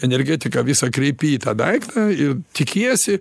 energetiką visą kreipi į tą daiktą ir tikiesi